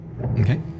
Okay